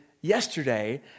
yesterday